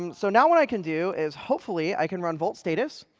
um so now what i can do is, hopefully, i can run vault status.